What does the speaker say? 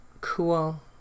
cool